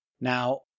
Now